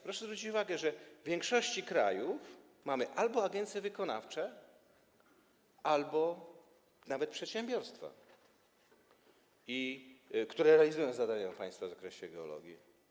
Proszę zwrócić uwagę, że w większości krajów mamy albo agencje wykonawcze, albo nawet przedsiębiorstwa, które realizują zadania państwa w zakresie geologii.